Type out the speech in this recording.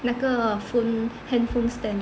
那个 phone handphone stand